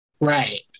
right